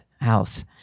house